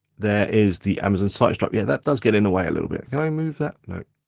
there is the amazon site strap. yeah, that does get in the way a little bit. can i move that, no.